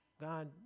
God